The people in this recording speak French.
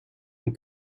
une